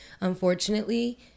Unfortunately